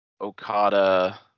Okada